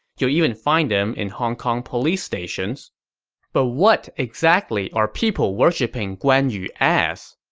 you'll even find them in hong kong police stations but what exactly are people worshipping guan yu as?